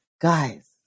guys